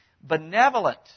benevolent